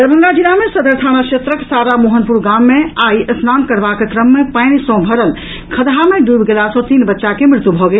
दरभंगा जिला मे सदर थाना क्षेत्रक सारा मोहनपुर गाम मे आई स्नान करबाक क्रम मे पानि सँ भरल खदहा मे डूबि गेला सँ तीन बच्चा के मृत्यु भऽ गेल